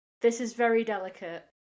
this-is-very-delicate